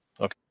Okay